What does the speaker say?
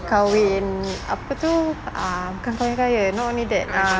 kahwin uh apa tu bukan kahwin kaya not only that uh